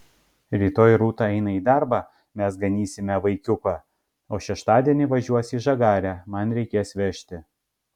rytoj rūta eina į darbą mes ganysime vaikiuką o šeštadienį važiuos į žagarę man reikės vežti